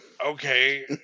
Okay